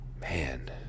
man